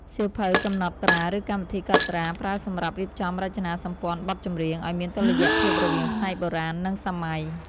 សៀវភៅកំណត់ត្រា ឬកម្មវិធីកត់ត្រា ប្រើសម្រាប់រៀបចំរចនាសម្ព័ន្ធបទចម្រៀង ឱ្យមានតុល្យភាពរវាងផ្នែកបុរាណ និងសម័យ។